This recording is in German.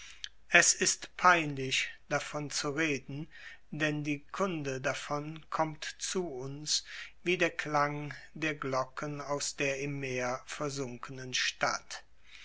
es ist peinlich davon zu reden denn die kunde davon kommt zu uns wie der klang der glocken aus der im meer versunkenen stadt